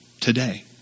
today